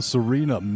Serena